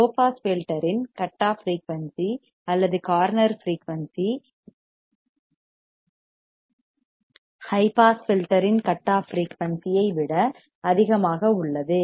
low pass filter இன் cut off frequency அல்லது corner frequency high pass filter இன் cut off frequency ஐ விட அதிகமாக உள்ளது